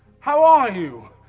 how are you?